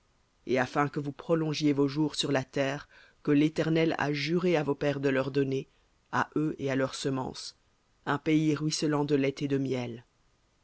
et afin que vous prolongiez vos jours sur la terre que l'éternel a juré à vos pères de leur donner à eux et à leur semence un pays ruisselant de lait et de miel